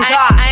God